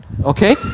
Okay